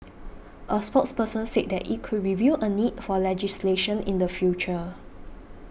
a spokesperson said that it could review a need for legislation in the future